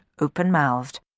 open-mouthed